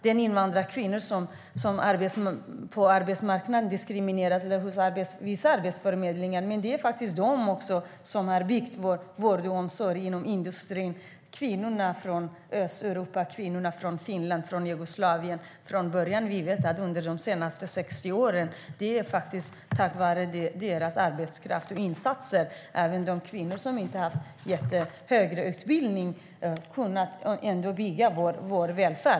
De invandrarkvinnor som diskrimineras på arbetsmarknaden är faktiskt också de som har byggt vård och omsorg och arbetat inom industrin. Det är kvinnor från Östeuropa, kvinnor från Finland och Jugoslavien under de senaste 60 åren. Det är faktiskt tack vare deras arbetskraftsinsatser, även från kvinnor som inte har haft så hög utbildning, som vi har kunnat bygga vår välfärd.